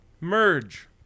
merge